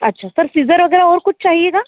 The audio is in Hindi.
अच्छा सर सीज़र वग़ैरह और कुछ चाहिएगा